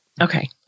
Okay